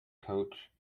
coach